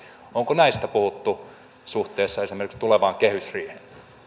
onko näistä puhuttu suhteessa esimerkiksi tulevaan kehysriiheen